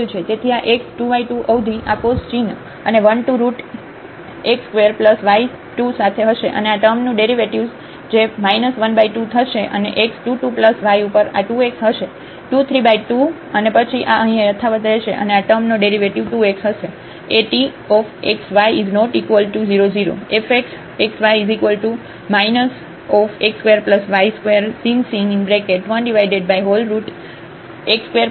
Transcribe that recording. તેથી આ x 2y2 અવધિ આ કોસ ચિહ્ન અને 1 2 રુટ x સ્ક્વેર y 2 સાથે હશે અને આ ટૅમનું ડેરિવેટિવ્ઝ જે 1 2 થશે અને x 2 2 પ્લસ y ઉપર આ 2 x હશે 2 3 2 અને પછી આ અહીં યથાવત્ રહેશે અને આ ટૅમનો ડેરિવેટિવ 2 x હશે